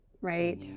right